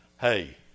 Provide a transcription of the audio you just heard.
Hey